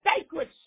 sacred